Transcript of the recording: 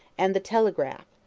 and the telegraph.